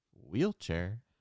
wheelchair